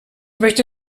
möchte